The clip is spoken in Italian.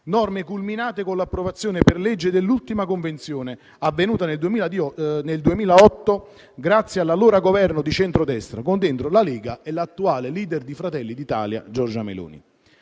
norme culminate con l'approvazione per legge dell'ultima convenzione avvenuta nel 2008 grazie all'allora governo di centrodestra, con dentro la Lega e l'attuale *leader* di Fratelli d'Italia Giorgia Meloni.